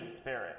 spirit